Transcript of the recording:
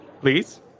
please